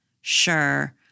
sure